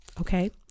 okay